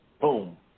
Boom